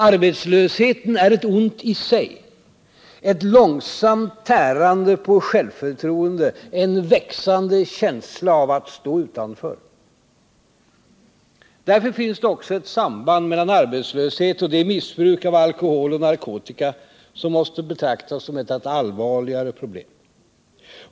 Arbetslösheten är ett ont i sig, ett långsamt tärande på självförtroende, en växande känsla av att stå utanför. Därför finns det också ett samband mellan arbetslöshet och det missbruk av alkohol och narkotika som måste betraktas som ett allt allvarligare problem.